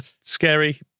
scary